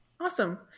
Awesome